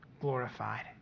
glorified